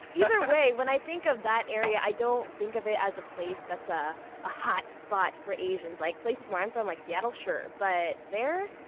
either way, when i think of that area, i don't think of it as a place that's ah a hot spot for asians. like places where i'm from, like seattle? sure. but there?